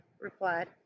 replied